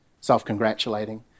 self-congratulating